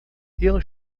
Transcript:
ele